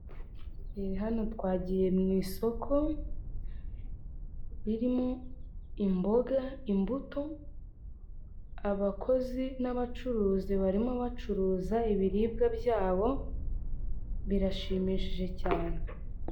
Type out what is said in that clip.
Dore hano twagiye mu isoko ririmo imboga, imbuto, abakozi n'abacuruzi barimo bacuruza ibiribwa byabo birashimishije cyane.